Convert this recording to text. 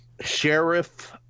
sheriff